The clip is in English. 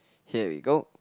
here we go